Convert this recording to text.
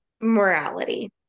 morality